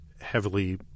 heavily